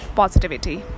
positivity